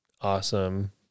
awesome